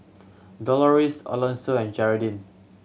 Doloris Alonso and Gearldine